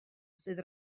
sydd